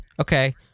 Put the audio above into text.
Okay